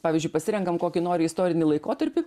pavyzdžiui pasirenkam kokį nori istorinį laikotarpį